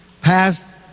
Past